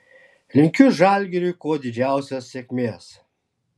linkiu žalgiriui kuo didžiausios sėkmės